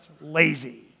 lazy